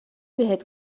بهت